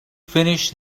finish